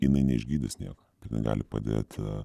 jinai neišgydys nieko nebet gali padėt